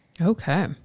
Okay